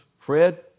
Fred